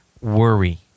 worry